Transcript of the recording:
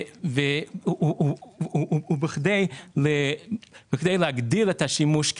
כדי להגדיל את השימוש,